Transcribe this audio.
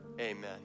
amen